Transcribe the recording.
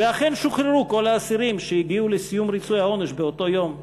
ואכן שוחררו כל האסירים שהגיעו לסיום ריצוי העונש באותו יום,